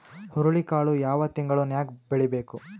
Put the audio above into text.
ಹುರುಳಿಕಾಳು ಯಾವ ತಿಂಗಳು ನ್ಯಾಗ್ ಬೆಳಿಬೇಕು?